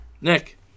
Nick